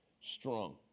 strong